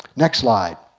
next slide.